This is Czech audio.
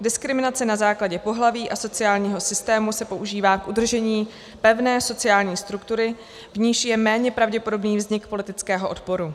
Diskriminace na základě pohlaví a sociálního systému se používá k udržení pevné sociální struktury, v níž je méně pravděpodobný vznik politického odporu.